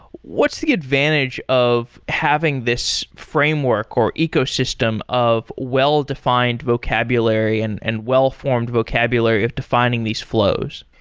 what's the advantage of having this framework, or ecosystem of well-defined vocabulary and and well-formed vocabulary of defining these flows?